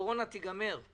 שהקורונה תיגמר.